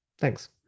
thanks